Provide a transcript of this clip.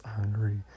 Angry